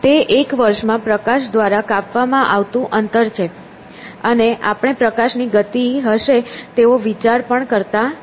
તે એક વર્ષમાં પ્રકાશ દ્વારા કાપવામાં આવતું અંતર છે અને આપણે પ્રકાશની ગતિ હશે તેવો વિચાર પણ કરતા નથી